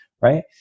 Right